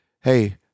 Hey